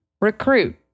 recruit